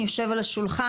יושב על השולחן,